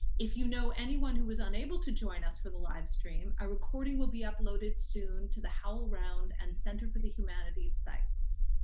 if you know anyone who is unable to join us for the live stream, a recording will be uploaded soon to the howlround and center for the humanities sites.